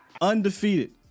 Undefeated